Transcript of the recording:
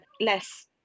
less